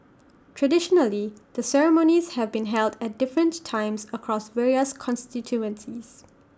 traditionally the ceremonies have been held at different times across various constituencies